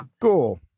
cool